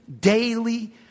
daily